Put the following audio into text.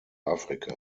afrika